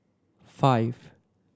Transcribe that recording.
five